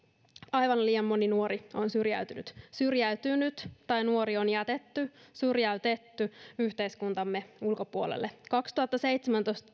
aivan liian moni nuori on syrjäytynyt tai on jätetty syrjäytetty yhteiskuntamme ulkopuolelle vuonna kaksituhattaseitsemäntoista